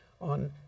on